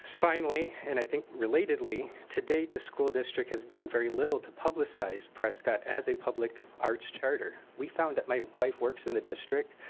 finally, and i think relatedly, to date the school district has done very little to publicize prescott as a public arts charter. we found that, my wife works in the district,